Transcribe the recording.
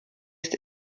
ist